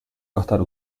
cortar